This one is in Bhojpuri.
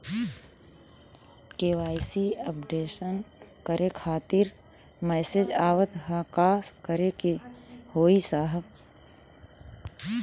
के.वाइ.सी अपडेशन करें खातिर मैसेज आवत ह का करे के होई साहब?